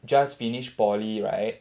just finish poly right